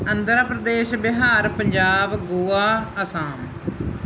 Andhra Pradesh Bihar Punjab Goa Assam